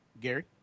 Gary